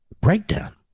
breakdown